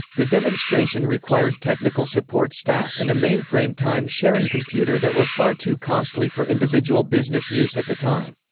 the demonstration required technical support staff and a mainframe time-sharing computer that were far too costly for individual business use at the time.